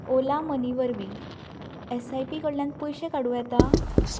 Ola money वरवीं S I P कडल्यान पयशे काडूं येता